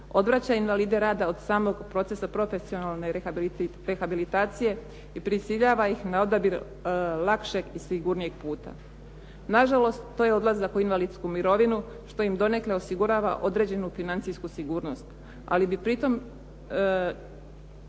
odvraća invalide rada od samog procesa profesionalne rehabilitacije i prisiljava ih na odabir lakšeg i sigurnijeg puta. Nažalost, to je odlazak u invalidsku mirovinu, što im donekle osigurava određenu financijsku sigurnost, ali ih pritom